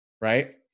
Right